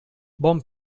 bon